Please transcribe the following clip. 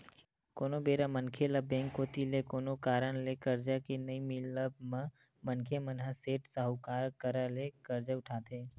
कोनो बेरा मनखे ल बेंक कोती ले कोनो कारन ले करजा के नइ मिलब म मनखे मन ह सेठ, साहूकार करा ले करजा उठाथे